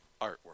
artwork